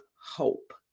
hope